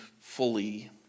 fully